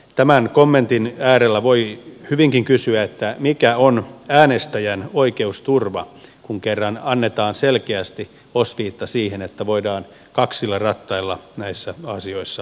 tämän kommentin äärellä voi hyvinkin kysyä mikä on äänestäjän oikeusturva kun kerran annetaan selkeästi osviitta siihen että voidaan kaksilla rattailla näissä asioissa toimia